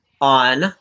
on